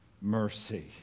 mercy